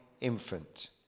infant